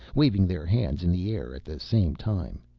waving their hands in the air at the same time.